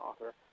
author